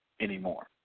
anymore